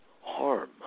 harm